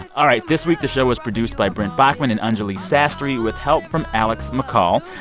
all right, this week the show was produced by brent baughman and anjuli sastry with help from alex mccall.